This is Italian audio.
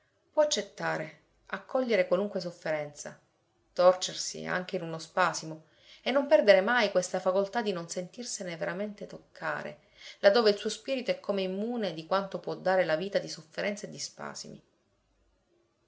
può accettare accogliere qualunque sofferenza torcersi anche in uno spasimo e non perdere mai questa facoltà di non sentirsene veramente toccare là dove il suo spirito è come immune di quanto può dare la vita di sofferenze e di spasimi